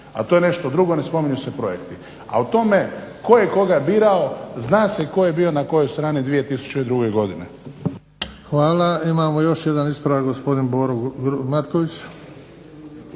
a to je nešto drugo, ne spominju se projekti. A o tome tko je koga birao, zna se tko je bio na kojoj strani 2002. godine. **Bebić, Luka (HDZ)** Hvala. Imamo još jedan ispravak, gospodin Boris Matković.